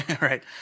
Right